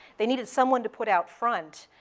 they needed someone to put out front,